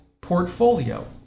portfolio